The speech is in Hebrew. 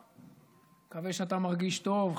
אני מקווה שאתה מרגיש טוב,